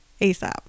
ASAP